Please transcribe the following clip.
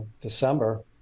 December